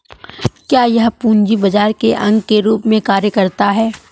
क्या यह पूंजी बाजार के अंग के रूप में कार्य करता है?